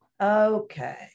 okay